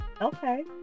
okay